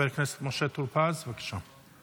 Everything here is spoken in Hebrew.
חבר הכנסת משה טור פז, בבקשה.